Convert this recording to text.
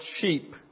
sheep